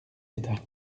état